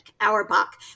Auerbach